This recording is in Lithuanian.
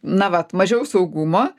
na vat mažiau saugumo